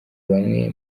bamwe